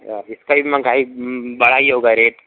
इसका भी मंगाई बढ़ा ही होगा रेट